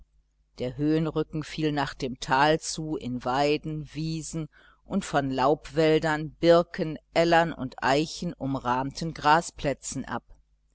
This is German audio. der höhenrücken fiel nach dem tal zu in weiden wiesen und von laubwäldern birken ellern und eichen umrahmten grasplätzen ab